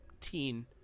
teen